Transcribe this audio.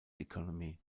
economy